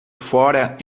fora